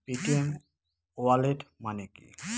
Paytm wallet মানে কি?